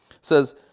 says